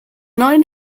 neuen